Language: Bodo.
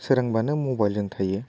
सोरांबानो मबाइलजों थायो